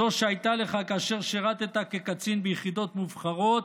זו שהייתה לך כאשר שירת כקצין ביחידות מובחרות,